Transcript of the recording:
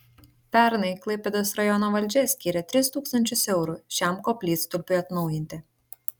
pernai klaipėdos rajono valdžia skyrė tris tūkstančius eurų šiam koplytstulpiui atnaujinti